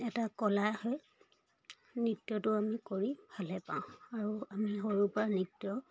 এটা কলা হয় নৃত্যটো আমি কৰি ভালে পাওঁ আৰু আমি সৰুৰ পৰা নৃত্য